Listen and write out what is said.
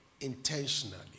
intentionally